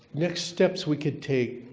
next steps we could take